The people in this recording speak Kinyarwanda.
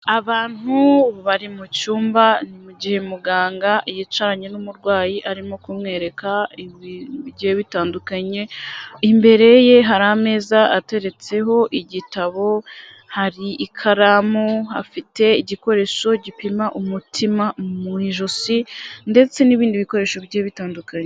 Abantu bari mu cyumba, ni mu gihe muganga yicaranye n'umurwayi arimo kumwereka ibintu bigiye bitandukanye, imbereye hari ameza ateretseho igitabo, hari ikaramu, afite igikoresho gipima umutima mu ijosi, ndetse n'ibindi bikoresho bigiye bitandukanye.